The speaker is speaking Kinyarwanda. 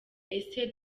ese